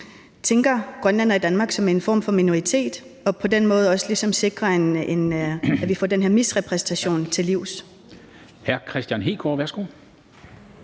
tænkte grønlændere i Danmark som en form for minoritet og på den måde også ligesom sikrede, at vi kommer den her misrepræsentation til livs.